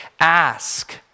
Ask